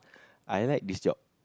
I like this job